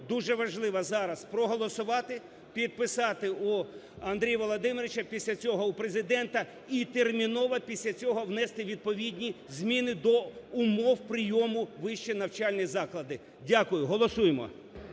дуже важливо зараз проголосувати, підписати у Андрія Володимировича, після цього в Президента і терміново після цього внести відповідні зміни до умов прийому в вищі навчальні заклади. Дякую. Голосуємо.